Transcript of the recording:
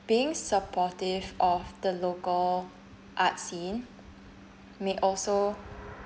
being supportive of the local art scene may also